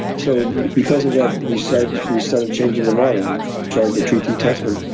so because of that, we started we started changing the model and trying to treat detachment,